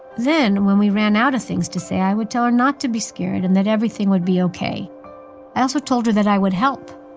then when we ran out of things to say, i would tell her not to be scared and that everything would be ok. i also told her that i would help.